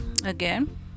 again